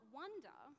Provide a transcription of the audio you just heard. wonder